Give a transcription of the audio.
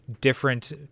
different